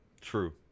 True